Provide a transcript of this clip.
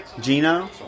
Gino